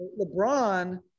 LeBron